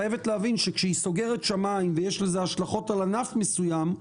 חייבת להבין שכשהיא סוגרת שמים ויש לזה השלכות על ענף מסוים,